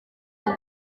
muri